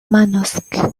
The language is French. manosque